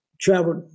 traveled